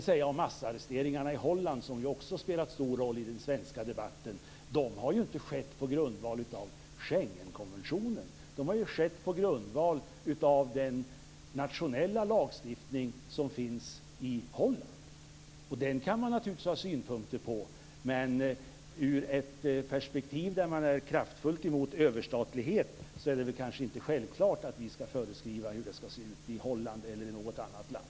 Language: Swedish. Massarresteringarna i Holland har förvisso också spelat en stor roll i den svenska debatten men de har inte skett på grundval av Schengenkonventionen. De har i stället skett på grundval av den nationella lagstiftningen i Holland. Den kan man naturligtvis ha synpunkter på. Sett i perspektivet att man är kraftfullt emot överstatlighet är det dock kanske inte självklart att vi skall föreskriva hur det skall se ut i Holland eller i något annat land.